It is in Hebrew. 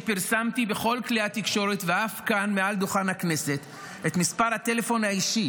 שפרסמתי בכל כלי התקשורת ואף כאן מעל דוכן הכנסת את מספר הטלפון האישי